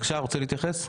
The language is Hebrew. בבקשה רוצה להתייחס?